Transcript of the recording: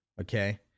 okay